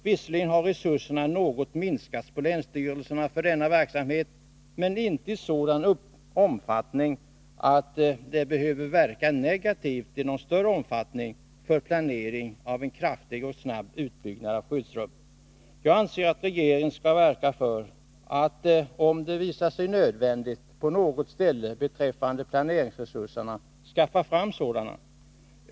Visserligen har resurserna för denna verksamhet något minskats på länsstyrelserna men inte så mycket att det behöver verka negativt i någon större omfattning för planering av en kraftig och snabb utbyggnad av skyddsrum. Jag anser att regeringen skall verka för att, om det visar sig nödvändigt, skaffa fram planeringsresurser.